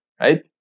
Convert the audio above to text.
right